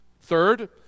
Third